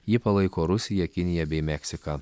jį palaiko rusija kinija bei meksika